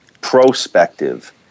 prospective